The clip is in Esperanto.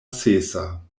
sesa